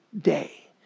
day